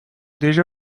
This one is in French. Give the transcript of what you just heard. déjà